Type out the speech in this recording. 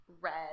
red